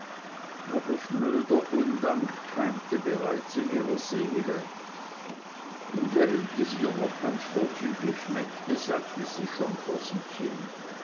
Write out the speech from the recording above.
aber schnöder undank keimte bereits in ihrer seele und während es ihr noch ganz vorzüglich schmeckte sagte sie schon vor sich hin